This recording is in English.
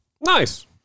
Nice